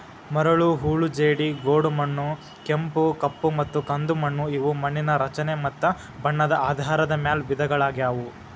ಮರಳು, ಹೂಳು ಜೇಡಿ, ಗೋಡುಮಣ್ಣು, ಕೆಂಪು, ಕಪ್ಪುಮತ್ತ ಕಂದುಮಣ್ಣು ಇವು ಮಣ್ಣಿನ ರಚನೆ ಮತ್ತ ಬಣ್ಣದ ಆಧಾರದ ಮ್ಯಾಲ್ ವಿಧಗಳಗ್ಯಾವು